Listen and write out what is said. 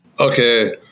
Okay